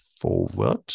forward